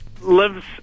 lives